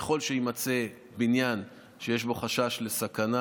ככל שיימצא בניין שיש בו חשש לסכנה,